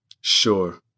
Sure